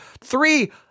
three